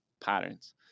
patterns